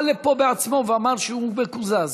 הוא בא לפה בעצמו ואמר שהוא מקוזז.